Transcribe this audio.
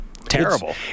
Terrible